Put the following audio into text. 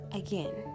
again